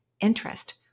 interest